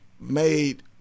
made